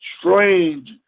strange